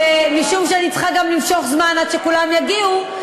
משום שאני צריכה גם למשוך זמן עד שכולם יגיעו,